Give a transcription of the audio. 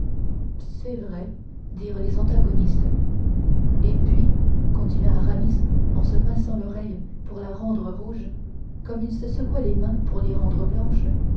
est vrai dirent les antagonistes et puis continua aramis en se pinçant l'oreille pour la rendre rouge comme il se secouait les mains pour les rendre blanches